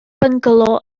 byngalo